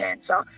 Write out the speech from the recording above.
answer